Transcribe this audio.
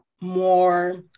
more